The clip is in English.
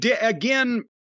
again